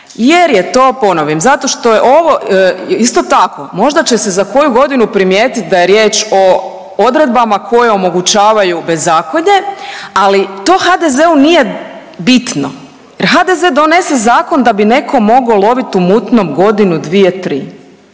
jer je to ponovim, zato što je ovo isto tako možda će se za koju godinu primijetit da je riječ o odredbama koje omogućavaju bezakonje, ali to HDZ-u nije bitno jer HDZ donese zakon da bi neko mogo lovit u mutnom godinu, dvije, tri